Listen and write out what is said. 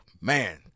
man